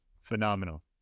Phenomenal